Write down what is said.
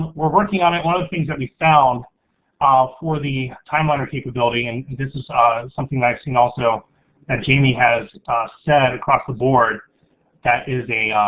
we're working on it. one of the things that we found ah for the timeliner capability and this is ah is something that i've seen also that jamie has said across the board that is a